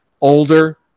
older